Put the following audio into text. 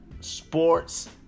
sports